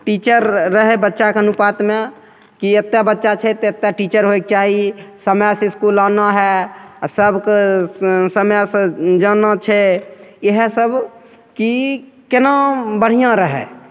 teacher रहै बच्चाके अनुपातमे कि एतेक बच्चा छै तऽ एतेक टीचर होइके चाही समयसे इसकुल आना है सभके समयसे जाना छै इएहसब कि कोना बढ़िआँ रहै